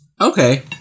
Okay